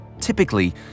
Typically